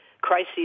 crises